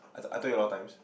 I I told you a lot of times